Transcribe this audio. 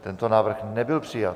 Tento návrh nebyl přijat.